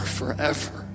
forever